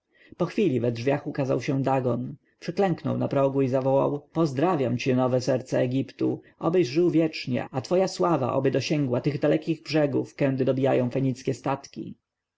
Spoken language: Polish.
po chwili we drzwiach ukazał się dagon przyklęknął na progu i zawołał pozdrawiam cię nowe słońce egiptu obyś żył wiecznie a twoja sława oby dosięgła tych dalekich brzegów kędy dobijają fenickie statki